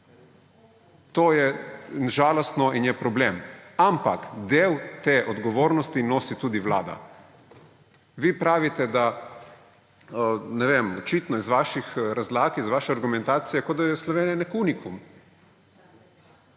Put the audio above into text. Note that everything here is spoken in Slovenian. To je žalostno in je problem, ampak del te odgovornosti nosi tudi vlada. Vi pravite, da, ne vem, očitno je iz vaših razlag, iz vaše argumentacije, kot da je Slovenija nek unikum.